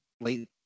late